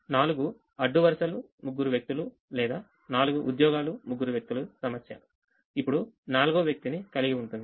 నాలుగు అడ్డు వరుసలు ముగ్గురు వ్యక్తులు లేదా నాలుగు ఉద్యోగాలు ముగ్గురు వ్యక్తులు సమస్య ఇప్పుడు నాల్గవ వ్యక్తిని కలిగి ఉంటుంది